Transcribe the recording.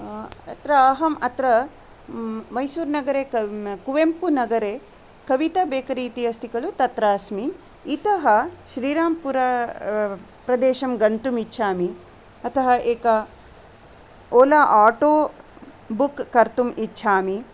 यत्र अहम् अत्र मैसूरनगरे कुवेमपुरनगरे कविता बेकरी अस्ति कलु तत्र अस्मि इतः श्रीराम्पुरा प्रदेशं गन्तुम् इच्छामि अतः एकः ओला अटो बुक् कर्तुम् इच्छामि